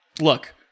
Look